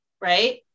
right